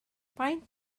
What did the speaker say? faint